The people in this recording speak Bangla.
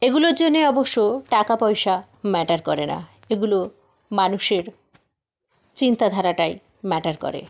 এগুলোর জন্যে অবশ্য টাকা পয়সা ম্যাটার করে না এগুলো মানুষের চিন্তাধারাটাই ম্যাটার করে